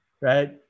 right